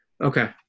Okay